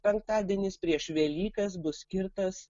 penktadienis prieš velykas bus skirtas